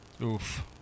Oof